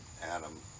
Adam